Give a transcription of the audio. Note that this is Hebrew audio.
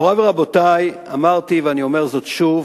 מורי ורבותי, אמרתי ואני אומר זאת שוב: